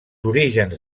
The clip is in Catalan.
orígens